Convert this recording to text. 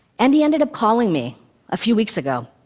and he ended up calling me a few weeks ago.